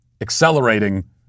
accelerating